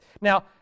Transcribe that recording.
Now